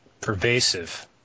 Pervasive